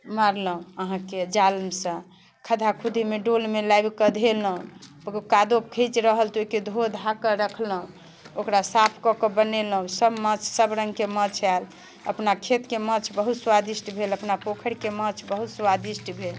मारलहुँ अहाँके जालसँ खद्दा खुद्दीमे डोलमे लाबिके धेलहुँ ओकर कादो फिच रहल रखलहुँ ओकरा साफ कऽ कऽ बनेलहुँ सब माछ सबरङ्गके माछ आएल अपना खेतके माछ बहुत स्वादिष्ट भेल अपना पोखरिके माछ बहुत स्वादिष्ट भेल